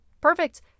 perfect